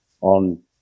on